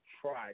try